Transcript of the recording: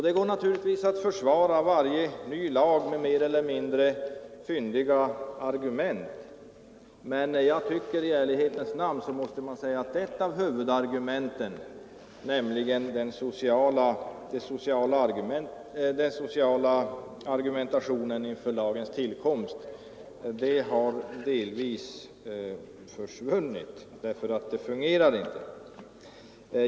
Det går naturligtvis att försvara varje ny lag med mer eller mindre fyndiga argument, men jag tycker att man i ärlighetens namn måste säga att ett av huvudargumenten vid lagens tillkomst har försvunnit, eftersom kontakten med de sociala myndigheterna inte fungerar.